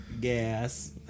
gas